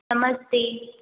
नमस्ते